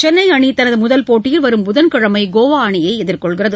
சென்னை அணி தனது முதல் போட்டியில் வரும் புதன்கிழமை கோவா அணியை எதிர்கொள்கிறது